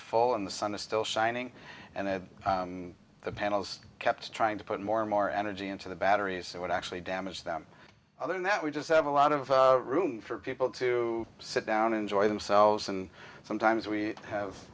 full and the sun is still shining and the panels kept trying to put more more energy into the batteries it would actually damage them other than that we just have a lot of room for people to sit down enjoy themselves and sometimes we have